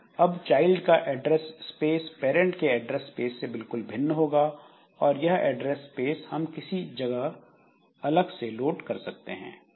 अब चाइल्ड का address space parent के एड्रेस स्पेस से बिल्कुल भिन्न होगा और यह एड्रेस स्पेस हम किसी जगह अलग से लोड कर सकते हैं